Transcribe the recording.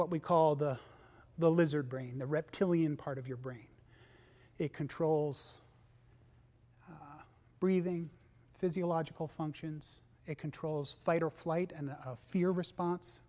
what we call the the lizard brain the reptilian part of your brain that controls breathing physiological functions it controls fight or flight and the fear response